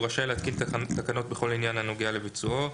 רשאי להתקין תקנות בכל עניין הנוגע לביצועו.